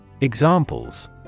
Examples